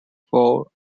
for